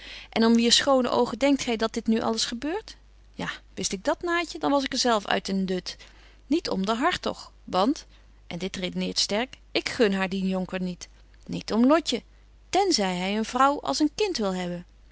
en om wier schone oogen denkt gy dat nu dit alles gebeurt ja wist ik dat naatje dan was ik zelf uit den dut niet om de hartog want en dit redeneert sterk ik gun haar dien jonker niet niet om lotje ten zy hy een vrouw als een kind wil hebben